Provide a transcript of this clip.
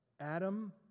Adam